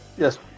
Yes